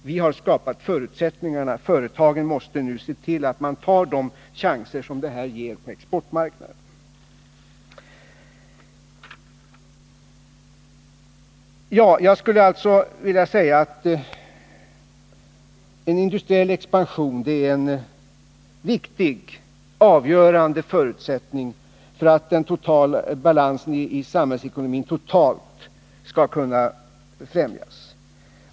Vi har skapat förutsättningarna; företagen måste ta de chanser som detta ger på exportmarknaden. En industriell expansion är en viktig och avgörande förutsättning för att balansen i den totala samhällsekonomin skall kunna främjas.